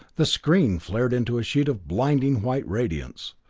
the screen flared into a sheet of blinding white radiance.